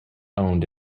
owned